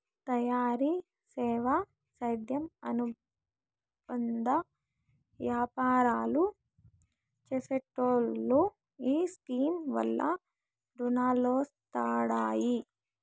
తయారీ, సేవా, సేద్యం అనుబంద యాపారాలు చేసెటోల్లో ఈ స్కీమ్ వల్ల రునాలొస్తండాయి